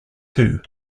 too